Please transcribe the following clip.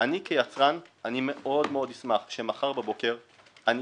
אני כיצרן מאוד מאוד אשמח כשמחר בבוקר אני